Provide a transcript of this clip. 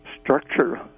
structure